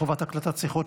חובת הקלטת שיחות,